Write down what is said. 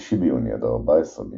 מ-5 ביוני עד 14 ביוני,